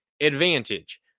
advantage